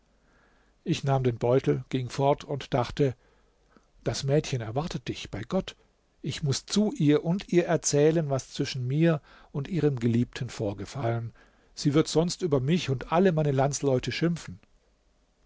ich nahm den beutel ging fort und dachte das mädchen erwartet dich bei gott ich muß zu ihr und ihr erzählen was zwischen mir und ihrem geliebten vorgefallen sie wird sonst über mich und alle meine landsleute schimpfen